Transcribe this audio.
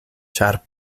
ĉar